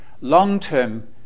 long-term